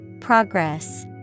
Progress